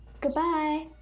Goodbye